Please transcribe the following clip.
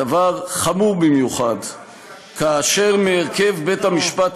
הדבר חמור במיוחד כאשר מהרכב בית-המשפט